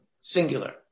singular